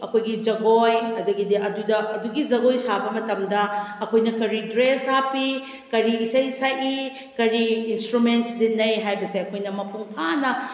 ꯑꯩꯈꯣꯏꯒꯤ ꯖꯒꯣꯏ ꯑꯗꯒꯤꯗꯤ ꯑꯗꯨꯗ ꯑꯗꯨꯒꯤ ꯖꯒꯣꯏ ꯁꯥꯕ ꯃꯇꯝꯗ ꯑꯩꯈꯣꯏꯅ ꯀꯔꯤ ꯗ꯭ꯔꯦꯁ ꯍꯥꯞꯄꯤ ꯀꯔꯤ ꯏꯁꯩ ꯁꯛꯏ ꯀꯔꯤ ꯏꯟꯁꯇ꯭ꯔꯨꯃꯦꯟ ꯁꯤꯖꯤꯟꯅꯩ ꯍꯥꯏꯕꯁꯦ ꯑꯩꯈꯣꯏꯅ ꯃꯄꯨꯡ ꯐꯥꯅ